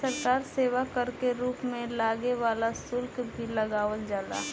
सरकार सेवा कर के रूप में लागे वाला शुल्क भी लगावल जाला